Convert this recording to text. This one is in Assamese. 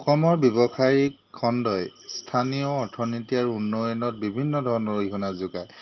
অসমৰ ব্যৱসায়িক খণ্ডই স্থানীয় অৰ্থনীতি আৰু উন্নয়নত বিভিন্ন ধৰণৰ অৰিহণা যোগায়